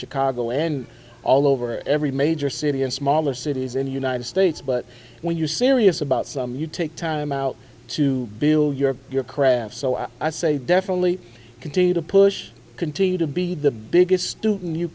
chicago and all over every major city and smaller cities in the united states but when you serious about some you take time out to build your your craft so i say definitely continue to push continue to be the biggest